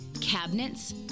cabinets